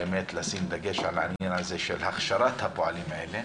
לשים דגש על העניין הזה של הכשרת הפועלים האלה.